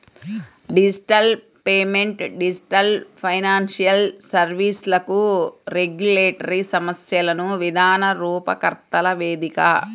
digital payment digital financial సర్వీస్లకు regulatory సమస్యలను విధాన రూపకర్తల వేదిక